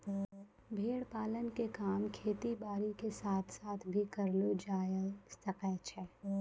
भेड़ पालन के काम खेती बारी के साथ साथ भी करलो जायल सकै छो